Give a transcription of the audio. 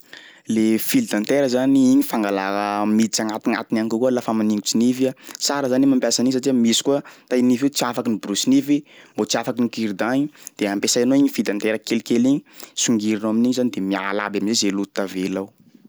Le fil dentaire zany igny fangalà miditsy agnatignatiny agny kokoa lafa maningotsy nify a, tsara zany iha mampiasa an'igny koa satria misy koa tay nify io tsy afaky ny borosy nify mbo tsy afaky ny cure dent igny de ampiasainao igny fil dentaire kelikely igny songirinao amin'igny zany de miala aby am'zay zay loto tavela ao.